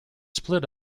split